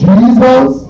Jesus